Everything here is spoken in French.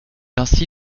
ainsi